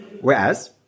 Whereas